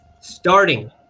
Starting